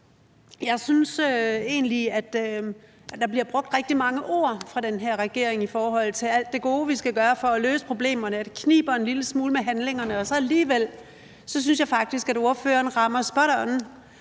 Jeg synes egentlig, der bliver brugt rigtig mange ord fra den her regering i forhold til alt det gode, vi skal gøre for at løse problemerne, men det kniber en lille smule med handling. Og alligevel synes jeg faktisk, at ordføreren rammer det spot on,